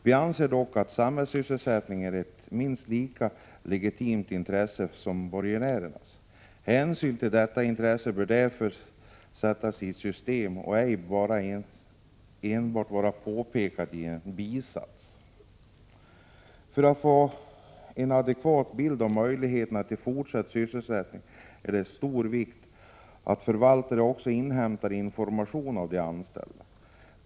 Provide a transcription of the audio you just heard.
Vi anser dock att samhällssysselsättningen är ett minst lika legitimt intresse som borgenärernas rätt. Hänsyn till detta intresse bör därför sättas i system och ej enbart påpekas i en bisats. För att få en adekvat bild av möjligheterna till fortsatt sysselsättning är det av stor vikt att förvaltaren också inhämtar information av de anställda.